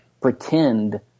pretend